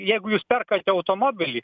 jeigu jūs perkate automobilį